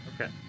Okay